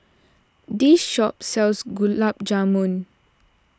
this shop sells Gulab Jamun